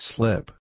Slip